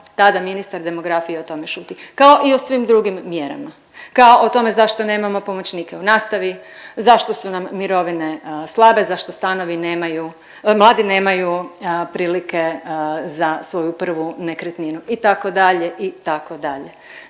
tada ministar demografije o tome šuti kao i o svim drugim mjerama, kao o tome zašto nemamo pomoćnike u nastavi, zašto su nam mirovine slabe, zašto stanovi nemaju, mladi nemaju prilike za svoju prvu nekretninu itd.